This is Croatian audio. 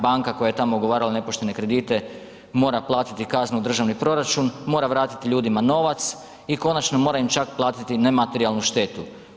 Banka koja je tamo ugovarala nepoštene kredite mora platiti kaznu u državni proračun, mora vratiti ljudima novac, i konačno, mora im čak platiti nematerijalnu štetu.